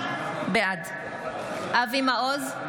בעד אבי מעוז,